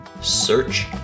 search